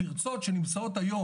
הפרצות שנמצאות היום,